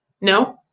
no